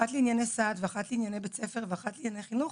אחת לענייני סעד ואחת לענייני בית ספר ואחת לענייני חינוך